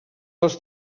dels